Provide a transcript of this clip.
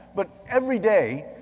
but every day,